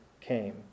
came